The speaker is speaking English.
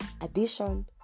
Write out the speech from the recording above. addition